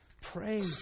Pray